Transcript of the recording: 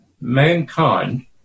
mankind